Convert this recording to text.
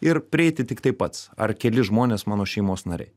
ir prieiti tik tai pats ar keli žmonės mano šeimos nariai